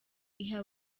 iha